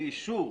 בלי אישור.